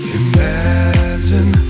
imagine